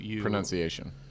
pronunciation